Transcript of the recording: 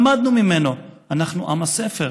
למדנו ממנו, אנחנו עם הספר.